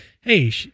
Hey